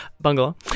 bungalow